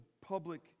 public